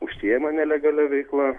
užsiima nelegalia veikla